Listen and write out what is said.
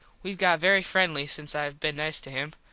we got very friendly since i been nice to him.